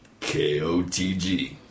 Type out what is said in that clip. KOTG